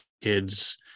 kids –